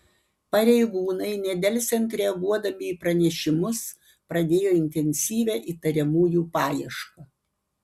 pareigūnai nedelsiant reaguodami į pranešimus pradėjo intensyvią įtariamųjų paiešką